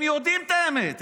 הם יודעים את האמת.